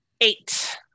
Eight